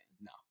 No